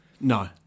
No